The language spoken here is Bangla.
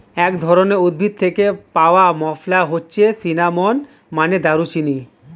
এক ধরনের উদ্ভিদ থেকে পাওয়া মসলা হচ্ছে সিনামন, মানে দারুচিনি